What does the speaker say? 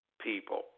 people